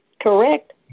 correct